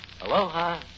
Aloha